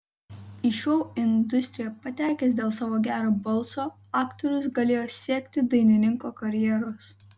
į šou industriją patekęs dėl savo gero balso aktorius galėjo siekti dainininko karjeros